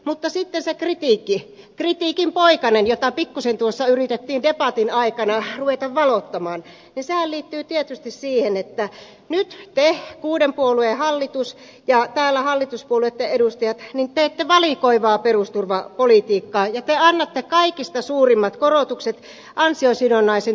mutta sitten se kritiikki kritiikinpoikanen jota pikkuisen tuossa yritettiin debatin aikana ruveta valottamaan liittyy tietysti siihen että nyt te kuuden puolueen hallitus ja hallituspuolueitten edustajat täällä teette valikoivaa perusturvapolitiikkaa ja te annatte kaikista suurimmat korotukset ansiosidonnaisen työttömyysturvan saajille